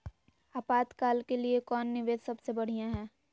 आपातकाल के लिए कौन निवेस सबसे बढ़िया है?